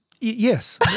Yes